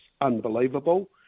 Unbelievable